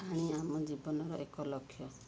ପାାଣି ଆମ ଜୀବନର ଏକ ଲକ୍ଷ୍ୟ